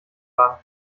lang